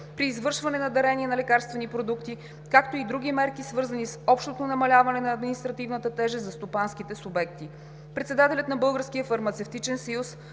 при извършване на дарения на лекарствени продукти, както и други мерки, свързани с общото намаляване на административната тежест за стопанските субекти. Председателят на Българския фармацевтичен съюз